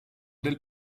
del